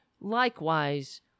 likewise